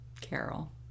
Carol